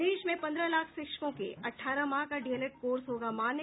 प्रदेश में पन्द्रह लाख शिक्षकों के अठारह माह का डीएलएड कोर्स होगा मान्य